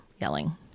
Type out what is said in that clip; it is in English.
yelling